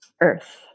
earth